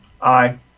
Aye